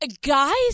Guys